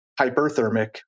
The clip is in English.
hyperthermic